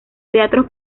teatros